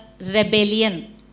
rebellion